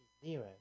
zero